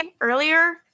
Earlier